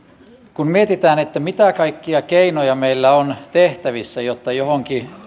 kun mietitään mitä kaikkia keinoja meillä on tehtävissä jotta johonkin